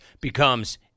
becomes